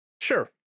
Sure